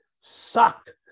sucked